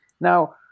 Now